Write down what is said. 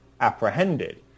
apprehended